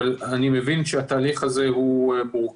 אבל אני מבין שהתהליך הזה מורכב,